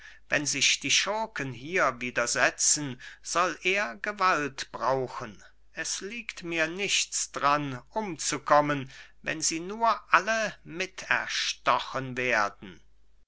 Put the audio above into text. wenn sich die schurken hier widersetzen soll er gewalt brauchen es liegt mir nichts dran umzukommen wenn sie nur alle mit erstochen werden